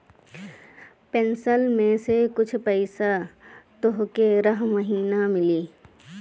pension में से कुछ पईसा तोहके रह महिना मिली